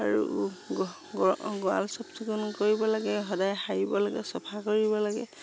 আৰু গঁৰাল চাফ চিকুণ কৰিব লাগে সদায় সাৰিব লাগে চফা কৰিব লাগে